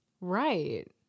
right